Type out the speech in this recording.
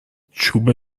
چوب